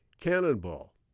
Cannonball